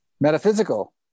Metaphysical